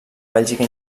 bèlgica